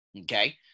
Okay